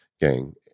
gang